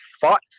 fought